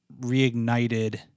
reignited